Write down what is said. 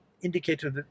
indicated